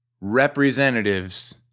Representatives